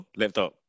laptop